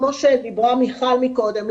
כמו שדיברה מיכל קודם,